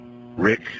Rick